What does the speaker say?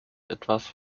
etwas